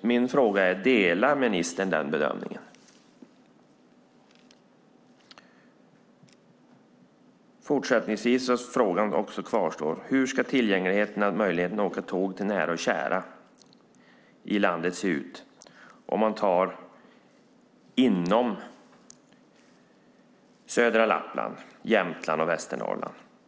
Min fråga är: Delar ministern den bedömningen? Fortsättningsvis kvarstår också frågan: Hur ska tillgängligheten och möjligheten att åka tåg till nära och kära i landet se ut till exempel inom södra Lappland, Jämtland och Västernorrland?